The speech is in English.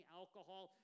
alcohol